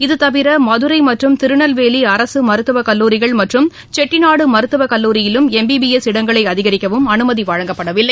இதுதவிர மதுரை மற்றும் திருநெல்வேலி அரசு மருத்துவக்கல்லூரிகள் மற்றும் செட்டிநாடு மருத்துவக்கல்லூரியில் எம் பி பி எஸ் இடங்களை அதிகரிக்கவும் அனுமதி வழங்கப்படவில்லை